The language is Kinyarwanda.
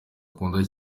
akunda